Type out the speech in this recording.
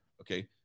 Okay